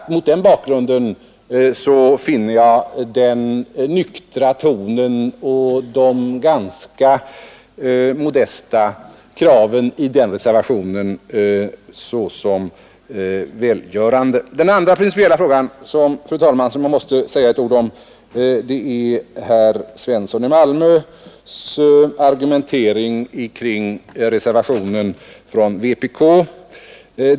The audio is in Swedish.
Mot den bakgrunden finner jag den nyktra tonen och de ganska modesta kraven i reservationen välgörande. Den andra principiella frågan, fru talman, som jag vill ta upp är herr Svenssons i Malmö argumentering kring reservationen från vpk.